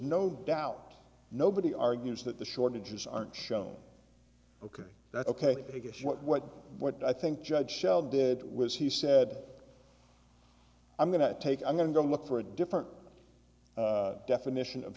no doubt nobody argues that the shortages aren't shown ok that's ok i guess what what what i think judge shell did was he said i'm going to take i'm going to go look for a different definition of